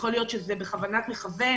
יכול להיות שזה בכוונת מכוון,